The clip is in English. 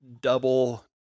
double